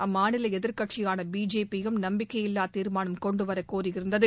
அம்மாநில எதிர்காட்சியான பிஜேபியும் நம்பிக்கையில்லா தீர்மானம் கொண்டு வர கோரியிருந்தது